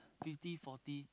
fifty forty